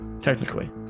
technically